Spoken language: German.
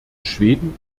schweden